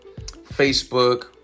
Facebook